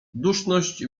duszność